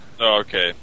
okay